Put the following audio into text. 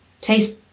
taste